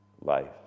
life